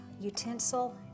utensil